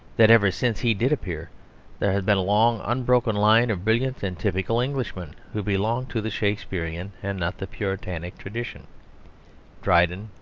that ever since he did appear there has been a long unbroken line of brilliant and typical englishmen who belonged to the shakespearian and not the puritanic tradition dryden,